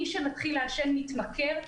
מי שמתחיל לעשן מתמכר.